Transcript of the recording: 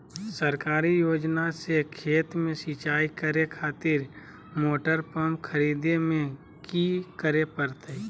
सरकारी योजना से खेत में सिंचाई करे खातिर मोटर पंप खरीदे में की करे परतय?